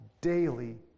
daily